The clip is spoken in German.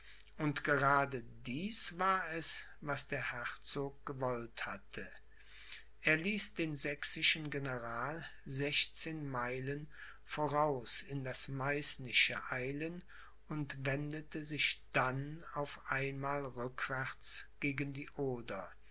und gerade dies war es was der herzog gewollt hatte er ließ den sächsischen general sechzehn meilen voraus in das meißnische eilen und wendete sich dann auf einmal rückwärts gegen die oder